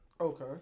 Okay